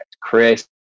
Chris